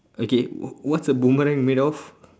okay what's a boomerang made off